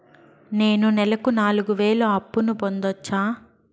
నేను నెలకు నాలుగు వేలు అప్పును పొందొచ్చా?